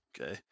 Okay